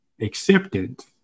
acceptance